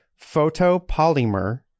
Photopolymer